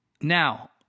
Now